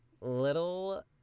little